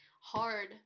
hard